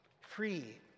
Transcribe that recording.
free